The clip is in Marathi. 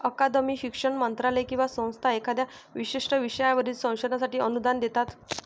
अकादमी, शिक्षण मंत्रालय किंवा संस्था एखाद्या विशिष्ट विषयावरील संशोधनासाठी अनुदान देतात